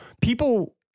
people